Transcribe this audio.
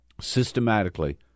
systematically